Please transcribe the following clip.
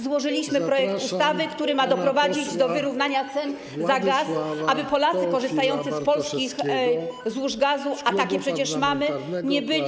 Złożyliśmy projekt ustawy, która ma doprowadzić do wyrównania cen gazu, aby Polacy korzystający z polskich złóż gazu, a takie przecież mamy, nie byli.